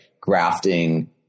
grafting